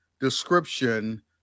description